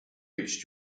reached